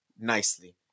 nicely